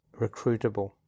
recruitable